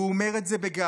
והוא אומר את זה בגאווה.